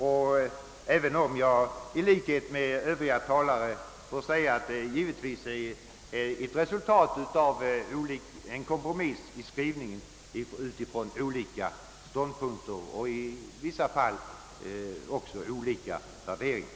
Jag vill dock, i likhet med övriga talare, påpeka att utskottets skrivning givetvis är en kompromiss mellan olika ståndpunkter och i vissa fall också olika värderingar.